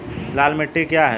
लाल मिट्टी क्या है?